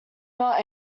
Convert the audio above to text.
not